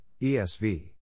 ESV